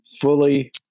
fully